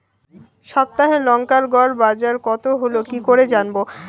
সপ্তাহে লংকার গড় বাজার কতো হলো কীকরে জানবো?